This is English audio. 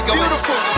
beautiful